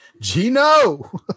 gino